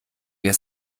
wir